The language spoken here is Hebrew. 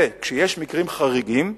וכשיש מקרים חריגים,